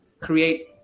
create